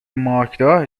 مارکدار